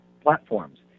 platforms